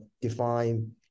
define